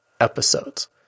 episodes